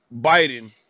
Biden